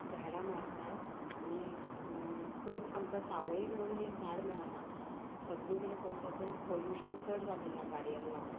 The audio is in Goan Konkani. झाडां मारतात आनी खंयत आमकां सावळीक म्हणून एक झाड मेळना सगळे कडेन पळयता थंय पोल्यूशन चड जाल्ले आ गाडयाक लागून